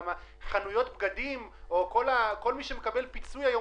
חנויות בגדים או כל מי שמקבל פיצוי היום